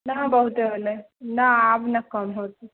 कहाँ बहुते होलै ना आब ना कम होयत